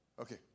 Okay